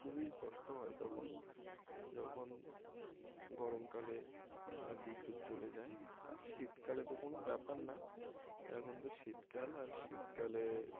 খুবই কষ্ট হয় তখন যখন গরমকালে বিদ্যুৎ চলে যায় আর শীতকালে তো কোনো ব্যাপার না এখন তো শীতকাল আর শীতকালে